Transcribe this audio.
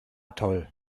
toll